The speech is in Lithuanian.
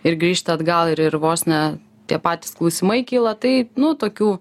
ir grįžta atgal ir ir vos ne tie patys klausimai kyla tai nu tokių